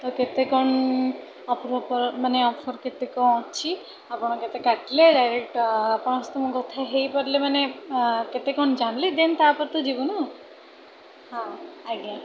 ତ କେତେ କଣ ମାନେ ଅଫର୍ କେତେ କଣ ଅଛି ଆପଣ କେତେ କାଟିଲେ ଡାଇରେକ୍ଟ ଆପଣଙ୍କ ସହିତ ମୁଁ କଥା ହେଇପାରିଲେ ମାନେ କେତେ କଣ ଜାଣିଲେ ଦେନ୍ ତା'ପରେ ତ ଯିବୁନା ହଁ ଆଜ୍ଞା